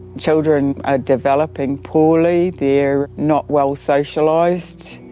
children are developing poorly, they're not well socialised,